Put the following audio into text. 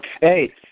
hey